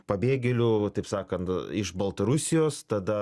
pabėgėlių va taip sakant iš baltarusijos tada